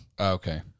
Okay